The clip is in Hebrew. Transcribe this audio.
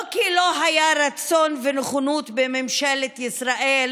לא כי לא היו רצון ונכונות בממשלת ישראל